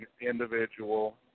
individual